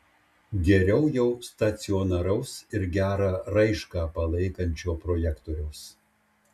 geriau jau stacionaraus ir gerą raišką palaikančio projektoriaus